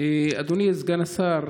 אדוני סגן השר,